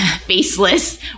faceless